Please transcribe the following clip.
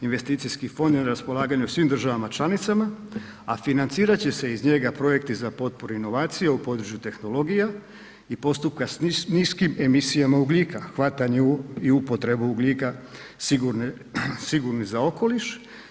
Investicijski fond je na raspolaganju svim državama članicama, a financirat će se iz njega projekti za potporu inovacije u području tehnologija i postupka s niskim emisijama ugljika, hvatanje i upotrebu ugljika sigurni za okoliš.